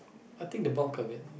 I think the bulk of it